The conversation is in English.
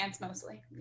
mostly